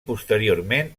posteriorment